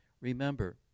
Remember